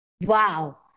Wow